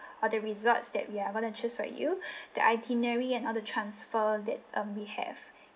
or the resorts that we are gonna choose for you the itinerary and all the transfer that um we have